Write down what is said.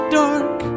dark